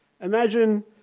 Imagine